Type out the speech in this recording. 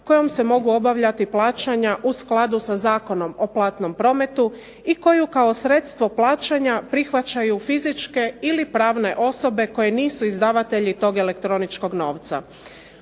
kojom se mogu obavljati plaćanja u skladu sa Zakonom o platnom prometu, i koju kao sredstvo plaćanja prihvaćaju fizičke ili pravne osobe koji nisu izdavatelji tog novca.